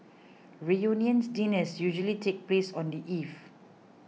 reunion dinners usually take place on the eve